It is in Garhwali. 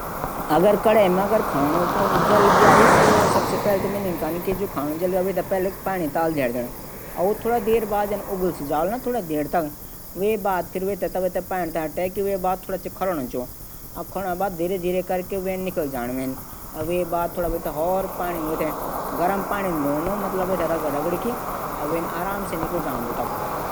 मेथे त टाइ लगान आंदी नी चा ना हमर उड फुंडा लोग टाई लगांदा कुव्ई भी हमर इने टाई नी लगिंदू। देखि त छै मि लूंखू थै टै लगांद। पर हमर इनै कुव्ई नी लगांदू